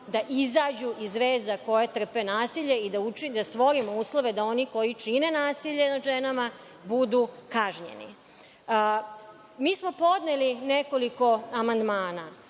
da izađu iz veza koje trpe nasilje i da stvorimo uslove da oni koji čine nasilje nad ženama budu kažnjeni. Mi smo podneli nekoliko amandmana.